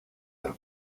del